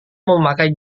memakai